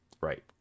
Right